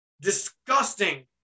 disgusting